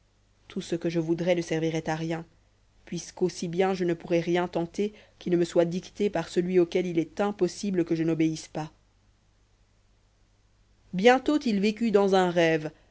tout ce que je voudrais ne servirait à rien puisque aussi bien je ne pourrais rien tenter qui ne me soit dicté par celui auquel il est impossible que je n'obéisse pas bientôt il vécut dans un rêve